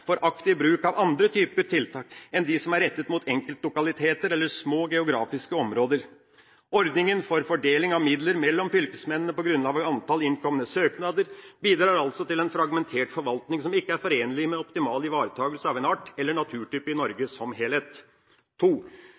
for å åpne for aktiv bruk av andre typer tiltak enn de som er rettet mot enkeltlokaliteter eller små geografiske områder. Ordningen for fordeling av midler mellom fylkesmennene på grunnlag av antallet innkomne søknader bidrar altså til en fragmentert forvaltning som ikke er forenlig med optimal ivaretakelse av en art eller naturtype i Norge som helhet.